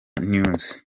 news